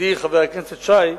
ידידי חבר הכנסת שי יודע,